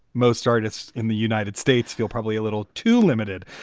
most artists in the united states feel probably a little too limited.